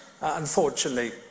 unfortunately